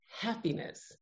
happiness